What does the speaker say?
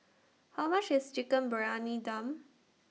How much IS Chicken Briyani Dum